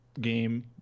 game